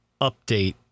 update